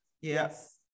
Yes